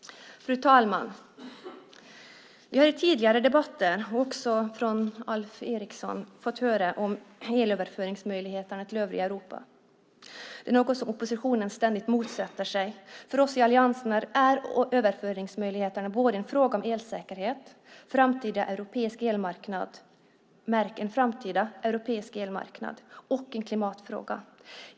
Fru talman! Vi har i tidigare debatter, liksom i dag från Alf Eriksson, fått höra om möjligheterna till elöverföring till övriga Europa. Det är något som oppositionen ständigt motsätter sig. För oss i alliansen är överföringsmöjligheterna både en fråga om elsäkerhet, en framtida europeisk elmarknad och en klimatfråga.